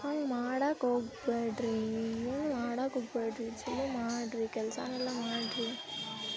ಹಂಗೆ ಮಾಡಕ್ಕೆ ಹೋಗ್ಬೇಡ್ರೀ ಹಿಂಗ್ ಮಾಡಕ್ಕೆ ಹೋಗ್ಬೇಡ್ರಿ ಚೊಲೋ ಮಾಡಿರಿ ಕೆಲಸನೆಲ್ಲ ಮಾಡಿರಿ